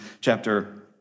chapter